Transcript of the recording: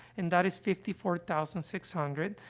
and that is fifty four thousand six hundred,